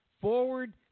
forward